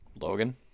Logan